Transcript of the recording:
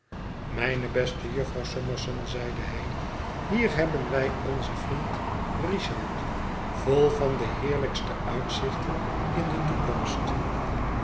mijne beste jufvrouw summerson zeide hij hier hebben wij onzen vriend richard vol van de heerlijkste uitzichten in de toekomst